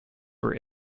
were